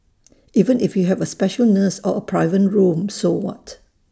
even if you have A special nurse or A private room so what